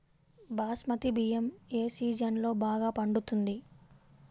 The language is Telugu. బాస్మతి బియ్యం ఏ సీజన్లో బాగా పండుతుంది?